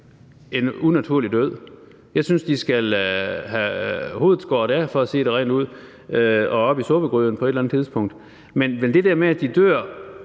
en unaturlig død. Jeg synes, de skal have hovedet skåret af, for at sige det rent ud, og op i suppegryden på et eller andet tidspunkt. Men det der med, at de dør